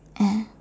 ah